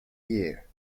year